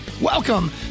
Welcome